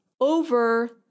Over